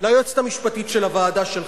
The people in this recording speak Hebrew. ליועצת המשפטית של הוועדה שלך,